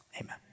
amen